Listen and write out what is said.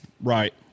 Right